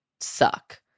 suck